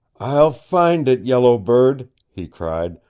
i'll find it, yellow bird, he cried.